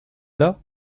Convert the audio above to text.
l’a